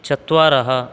चत्वारः